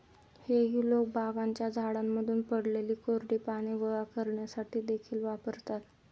हेई लोक बागांच्या झाडांमधून पडलेली कोरडी पाने गोळा करण्यासाठी देखील वापरतात